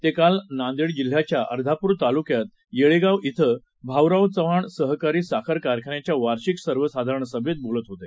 ते काल नांदेड जिल्ह्याच्या अर्धापूर तालूक्यात येळेगाव शि भाऊराव चव्हाण सहकारी साखर कारखान्याच्या वार्षिक सर्वसाधारण सभेत बोलत होते